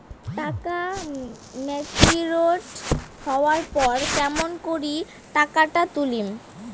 টাকা ম্যাচিওরড হবার পর কেমন করি টাকাটা তুলিম?